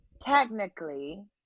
technically